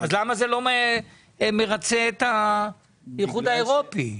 למה זה לא מרצה את האיחוד האירופאי?